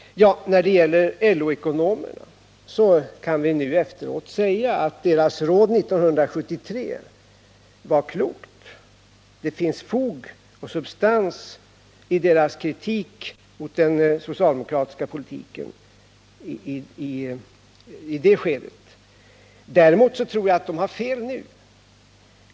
När det gäller LO-ekonomerna kan vi nu efteråt säga att deras råd år 1973 var klokt — det fanns fog för och substans i deras kritik mot den socialdemokratiska politiken i det skedet. Däremot tror jag att de har fel nu.